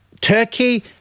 Turkey